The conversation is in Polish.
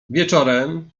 wieczorem